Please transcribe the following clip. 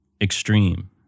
extreme